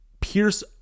Pierce